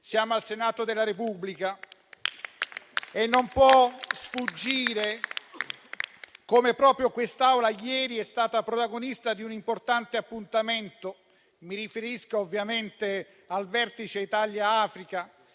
Siamo al Senato della Repubblica e non può sfuggire come proprio quest'Aula ieri sia stata protagonista di un importante appuntamento: mi riferisco ovviamente al vertice Italia-Africa,